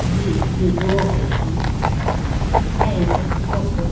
जी जी okay thank you okay